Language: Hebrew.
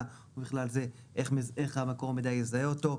ובכלל זה איך מקור המידע יזהה אותו,